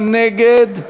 מי נגד?